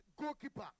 goalkeeper